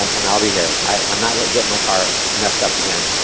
and and i'll be here. i'm not getting my car messed up again.